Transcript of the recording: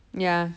ya